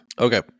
Okay